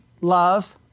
love